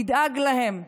תדאג להם,